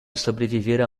sobreviver